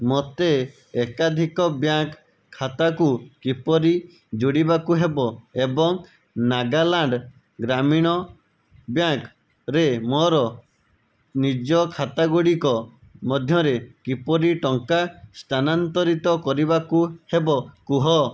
ମୋତେ ଏକାଧିକ ବ୍ୟାଙ୍କ୍ ଖାତାକୁ କିପରି ଯୋଡ଼ିବାକୁ ହେବ ଏବଂ ନାଗାଲାଣ୍ଡ ଗ୍ରାମୀଣ ବ୍ୟାଙ୍କ୍ ରେ ମୋର ନିଜ ଖାତାଗୁଡ଼ିକ ମଧ୍ୟରେ କିପରି ଟଙ୍କା ସ୍ଥାନାନ୍ତରିତ କରିବାକୁ ହେବ କୁହ